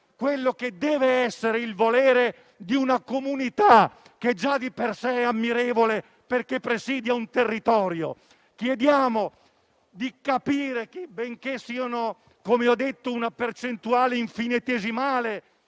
d'Italia: rispettare il volere di una comunità, che già di per sé è ammirevole, perché presidia un territorio. Chiediamo di capire che, benché, come ho detto, siano una percentuale infinitesimale